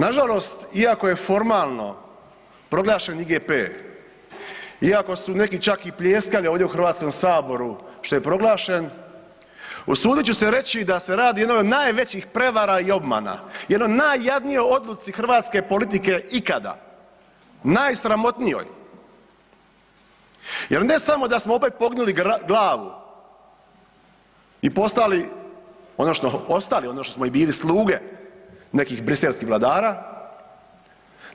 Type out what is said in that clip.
Nažalost, iako je formalno proglašen IGP, iako su neki čak i pljeskali ovdje u HS-u što je proglašen, usudit ću se reći da se radi o jednoj od najvećih prevara i obmana, jednoj od najjadnijoj odluci hrvatske politike ikada, najsramotnijoj jel ne samo da smo opet pognuli glavu i postali ono što odnosno ostali ono što smo i bili sluge nekih briselskih vladara,